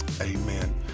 amen